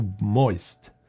moist